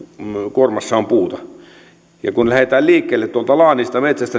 kuormassa on puuta kuorma painaa sen laillisen määrän kun lähdetään liikkeelle tuolta laanista metsästä